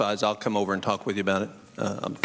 sides i'll come over and talk with you about it